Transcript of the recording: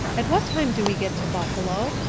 at what time do we get to buffalo?